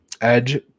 edge